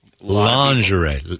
Lingerie